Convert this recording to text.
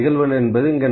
15